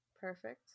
Perfect